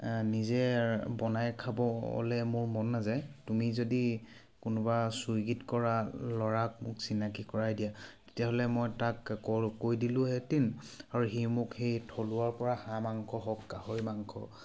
নিজে বনাই খাবলৈ মোৰ মন নাযায় তুমি যদি কোনোবা চুইগিত কৰা ল'ৰাক মোক চিনাকি কৰাই দিয়া তেতিয়াহ'লে মই তাক কয় কৈ দিলোঁহেতেন আৰু সি মোক সেই থলুৱাৰ পৰা হাঁহ মাংস হওক গাহৰি মাংস